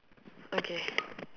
okay